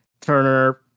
Turner